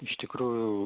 iš tikrųjų